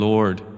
Lord